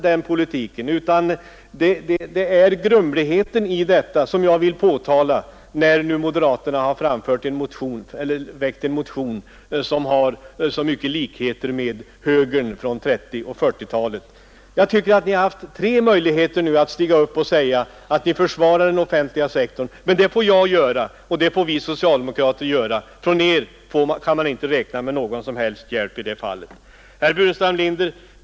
Det är grumligheten i deras inställning som jag vill påtala mot bakgrunden av den av moderaterna väckta motionen, som har så stora likheter med det som anfördes av högern under 1930 och 1940-talen. Ni har nu haft tre möjligheter att stiga upp och säga att ni försvarar den offentliga sektorn, men det överlämnar ni till oss socialdemokrater. Från er två kan man inte räkna med någon som helst hjälp i detta fall. Herr Burenstam Linder!